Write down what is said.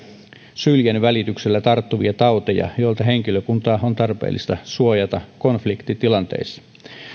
syljen välityksellä tarttuvia tauteja joilta henkilökuntaa on tarpeellista suojata konfliktitilanteissa